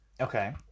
Okay